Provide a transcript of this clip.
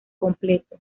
completo